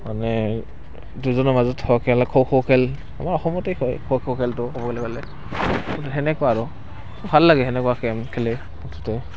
মানে দুজনৰ মাজত হওক খেলা খ' খ' খেল আমাৰ অসমতে হয় খ' খ' খেলটো ক'বলৈ গ'লে সেনেকুৱা আৰু ভাল লাগে সেনেকুৱা খেল খেলি মুঠতে